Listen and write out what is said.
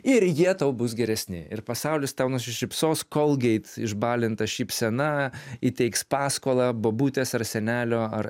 ir jie tau bus geresni ir pasaulis tau nusišypsos kolgeit išbalinta šypsena įteiks paskolą bobutės ar senelio ar